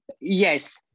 Yes